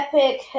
epic